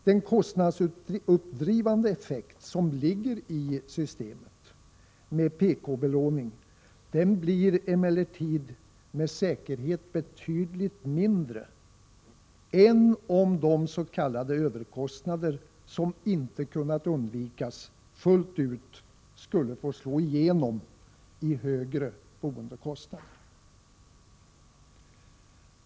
Den kostnadsuppdrivande effekt som ligger i systemet med produktionskostnadsanpassad belåning blir emellertid med säkerhet betydligt mindre än om de s.k. överkostnader som inte har kunnat undvikas fullt ut skulle få slå igenom i högre boendekostnader.